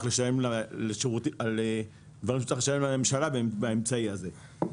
לשלם על דברים שאתה משלם לממשלה באמצעי הזה.